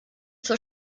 zur